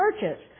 churches